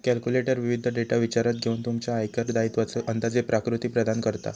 calculator विविध data विचारात घेऊन तुमच्या आयकर दायित्वाचो अंदाजे आकृती प्रदान करता